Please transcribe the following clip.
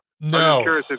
No